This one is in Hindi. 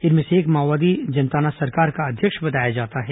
इनमें से एक माओवादी जनताना सरकार का अध्यक्ष बताया जाता है